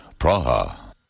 Praha